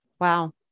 Wow